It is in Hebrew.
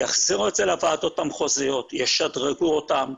ישדרגו אותן,